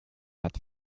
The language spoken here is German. hat